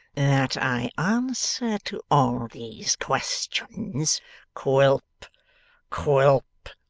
that i answer to all these questions quilp quilp,